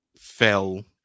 fell